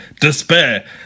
despair